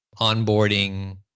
onboarding